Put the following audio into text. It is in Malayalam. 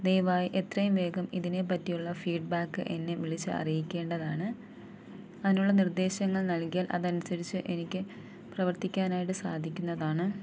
ദയവായി എത്രയും വേഗം ഇതിനെപ്പറ്റിയുള്ള ഫീഡ് ബേക്ക് എന്നെ വിളിച്ച് അറിയിക്കേണ്ടതാണ് അതിനുള്ള നിർദ്ദേശങ്ങൾ നൽകിയാൽ അതനുസരിച്ച് എനിക്ക് പ്രവർത്തിക്കാനായിട്ട് സാധിക്കുന്നതാണ്